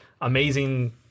Amazing